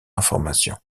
information